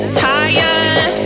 tired